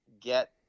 get